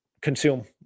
consume